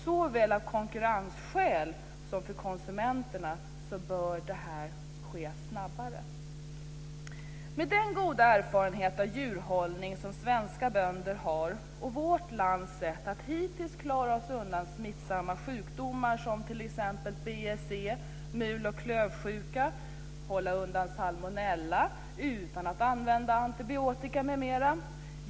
Såväl av konkurrensskäl som för konsumenterna bör arbetet ske snabbare. Svenska bönder har god erfarenhet av djurhållning. Vårt land har också hittills klarat sig undan smittsamma sjukdomar som t.ex. BSE och mul och klövsjuka. Vi har kunnat hålla undan salmonella utan att använda antibiotika m.m.